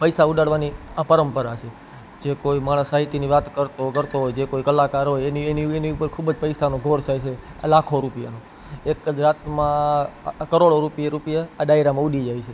પૈસા ઉડાડવાની આ પરંપરા છે જે કોઈ માણસ સાહિત્યની વાત કરતો કરતો હોય જે કોઈ કલાકાર હોય એની ઉપર ખૂબ જ પૈસાનો ઢોળ થાય છે લાખો રૂપિયાનો એક જ રાતમાં કરોડો રૂપિયા આ ડાયરામાં ઊડી જાય છે